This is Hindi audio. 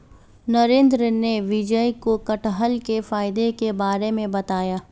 महेंद्र ने विजय को कठहल के फायदे के बारे में बताया